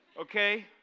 okay